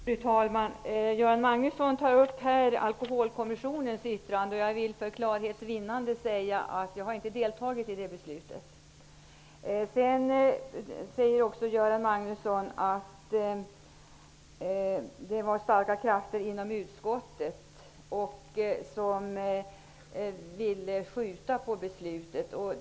Fru talman! Göran Magnusson talade här om Alkoholkommissions yttrande. För klarhets vinnande vill jag säga att jag inte har deltagit i det beslutet. Göran Magnusson sade också att det fanns starka krafter inom utskottet som ville skjuta på beslutet.